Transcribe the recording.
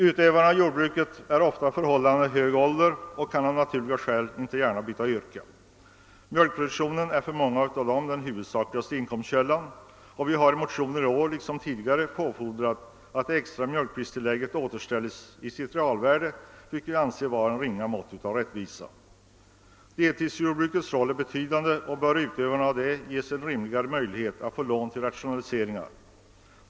Utövarna av jordbruk är ofta i förhållandevis hög ålder och kan av naturliga skäl inte gärna byta yrke. Mjölkproduktionen är för många den huvudsakligaste inkomstkällan. Vi har i motioner i år liksom tidigare påfordrat att det extra mjölkpristillägget återställs till sitt realvärde, något som vi anser vara ett ringa mått av rättvisa. Deltidsjordbrukets roll är betydande, och utövarna av detta bör ges en rimligare möjlighet att få lån till rationaliseringar.